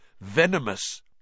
venomous